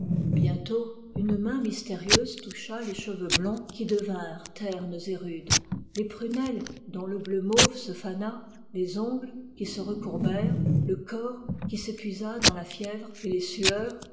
bientôt une main mystérieuse toucha les cheveux blonds qui devinrent ternes et rudes les prunelles dont le bleu mauve se fana les ongles qui se recourbèrent le corps qui s'épuisa dans la fièvre et les sueurs